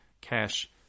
cash